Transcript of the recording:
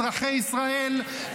אזרחי ישראל,